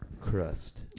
crust